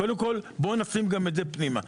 קודם כול בואו נכניס גם את זה פנימה.